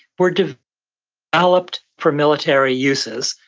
were developed for military uses.